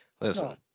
Listen